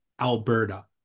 alberta